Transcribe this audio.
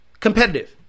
Competitive